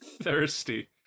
Thirsty